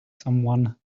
someone